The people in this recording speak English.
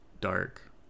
dark